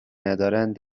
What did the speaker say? ندارند